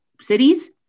cities